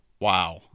Wow